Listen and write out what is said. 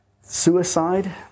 suicide